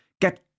Get